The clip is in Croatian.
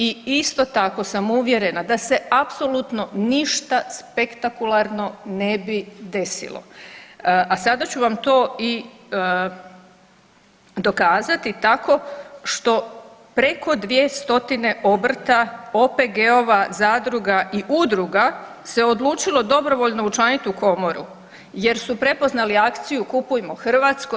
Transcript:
I isto tako sam uvjerena da se apsolutno ništa spektakularno nebi desilo, a sada ću vam to i dokazati tako što preko dvije stotine obrta, OPG-ova, zadruga i udruga se odlučilo dobrovoljno učlaniti u Komoru jer su prepoznali akciju Kupujmo hrvatsko.